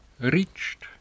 reached